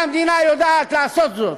והמדינה יודעת לעשות זאת.